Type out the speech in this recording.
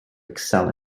excel